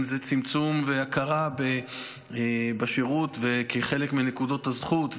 אם זה צמצום והכרה בשירות כחלק מנקודות הזכות,